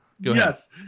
Yes